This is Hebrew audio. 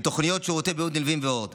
תוכניות שירותי בריאות נלווים ועוד.